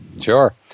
sure